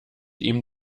ihm